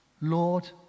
Lord